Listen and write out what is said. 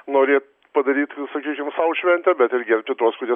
nori padaryt sakykim sau šventę bet ir gerbti tuos kurie